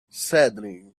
sadly